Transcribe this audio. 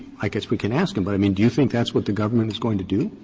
i guess we can ask him. but, i mean, do you think that's what the government is going to do?